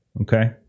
Okay